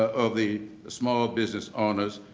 of the small business owners.